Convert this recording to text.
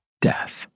death